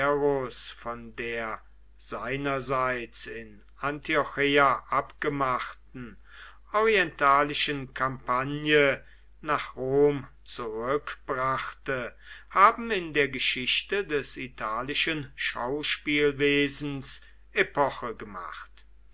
von der seinerseits in antiocheia abgemachten orientalischen kampagne nach rom zurückbrachte haben in der geschichte des italischen schauspielwesens epoche gemacht